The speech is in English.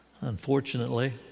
Unfortunately